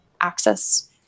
access